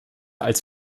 als